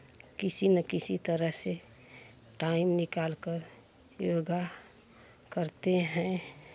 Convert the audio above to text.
किसी ना किसी तरह से टाइम निकाल कर योगा करते हैं